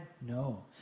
No